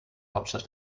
hauptstadt